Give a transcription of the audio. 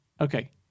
Okay